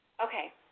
Okay